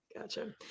gotcha